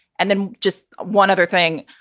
and then just one other thing.